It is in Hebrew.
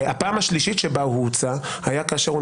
הפעם השלישית בה הוא הוצא הייתה כאשר הוא